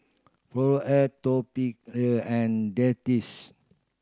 Floxia Atopiclair and Dentiste